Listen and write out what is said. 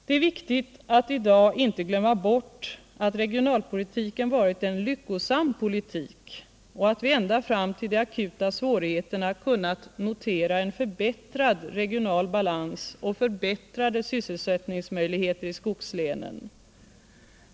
Det är viktigt att i dag inte-glömma bort att regionalpolitiken varit en lyckosam politik och att vi ända fram till de akuta svårigheterna kunnat notera en förbättrad regional balans och förbättrade sysselsättningsmöjligheter i skogslänen.